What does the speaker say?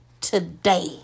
today